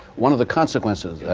one of the consequences